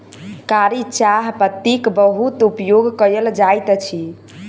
कारी चाह पत्तीक बहुत उपयोग कयल जाइत अछि